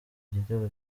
igitego